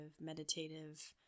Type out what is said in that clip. meditative